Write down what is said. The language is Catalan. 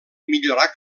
millorar